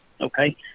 Okay